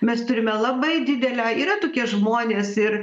mes turime labai didelę yra tokie žmonės ir